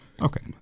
Okay